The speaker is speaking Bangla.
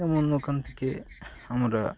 যেমন ওখান থেকে আমরা